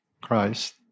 Christ